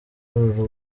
uru